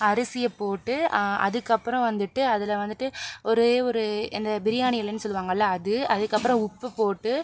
அரிசியை போட்டு அதுக்கப்புறம் வந்துட்டு அதில் வந்துட்டு ஒரே ஒரு அந்த பிரியாணி இலைனு சொல்லுவாங்கல்லை அது அதுக்கப்புறம் உப்பு போட்டு